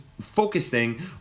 focusing